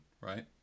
right